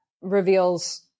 reveals